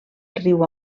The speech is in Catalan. riu